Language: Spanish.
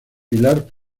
pilar